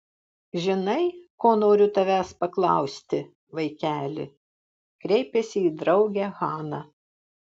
žinai ko noriu tavęs paklausti vaikeli kreipėsi į draugę hana